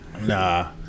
Nah